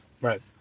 Right